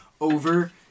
over